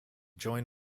join